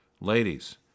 Ladies